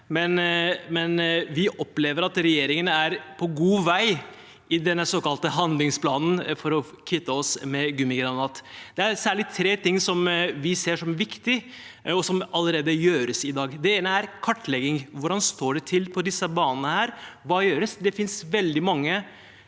men vi opplever at regjeringen er på god vei med denne såkalte handlingsplanen for at vi skal kvitte oss med gummigranulat. Det er særlig tre ting vi ser som viktig, og som allerede gjøres i dag. Det ene er kartlegging. Hvordan står det til på disse banene? Hva gjøres? Det finnes veldig mange